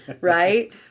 right